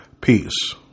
Peace